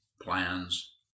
plans